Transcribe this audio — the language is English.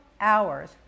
hours